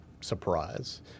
surprise